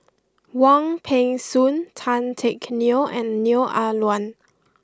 Wong Peng Soon Tan Teck Neo and Neo Ah Luan